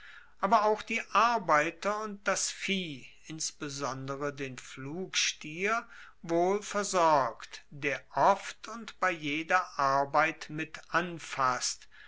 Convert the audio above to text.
aber auch die arbeiter und das vieh insbesondere den pflugstier wohl versorgt der oft und bei jeder arbeit mit anfasst